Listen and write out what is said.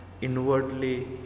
inwardly